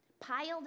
piled